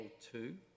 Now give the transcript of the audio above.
two